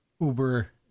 Uber